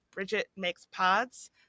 BridgetMakesPods